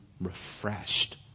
refreshed